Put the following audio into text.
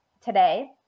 today